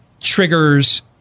triggers